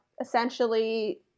essentially